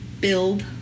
build